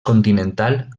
continental